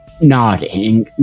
Nodding